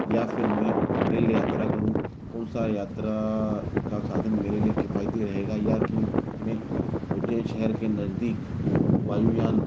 या फिर मैं रेल यात्रा करूँ कौन सा यात्रा का साधन मेरे लिए किफ़ायदी रहेगा या कि मैं उज्जैन शहर के नजदीक वायुयान